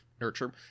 nurture